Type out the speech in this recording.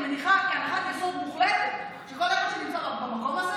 אני מניחה כהנחת יסוד מוחלטת שכל אחד שנמצא במקום הזה